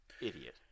Idiot